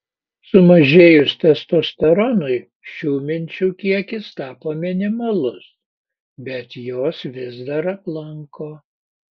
sumažėjus testosteronui šių minčių kiekis tapo minimalus bet jos vis dar aplanko